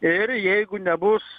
ir jeigu nebus